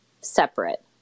separate